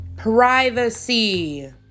Privacy